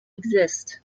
exist